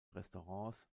restaurants